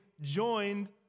joined